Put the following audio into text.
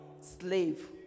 slave